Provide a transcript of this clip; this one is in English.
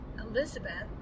Elizabeth